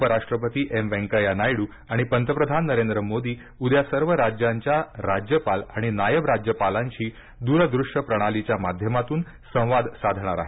उपराष्ट्रपती एम व्यंकय्या नायडू आणि पंतप्रधान नरेंद्र मोदी उद्या सर्व राज्यांच्या राज्यपाल आणि नायब राज्यपालांशी दूरदृष्य प्रणालीच्या माध्यमातून संवाद साधणार आहेत